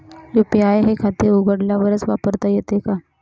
UPI हे खाते उघडल्यावरच वापरता येते का?